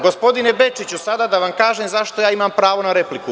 Evo, gospodine Bečiću, sada da vam kažem zašto ja imam pravo na repliku.